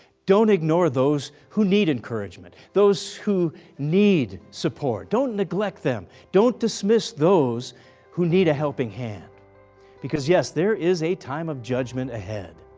don't ignore those who need encouragement. those who need support, don't neglect them. don't dismiss those who need a helping hand because yes, there is a time of judgment ahead.